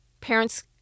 Parents